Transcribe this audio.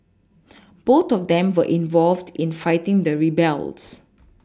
both of them were involved in fighting the rebels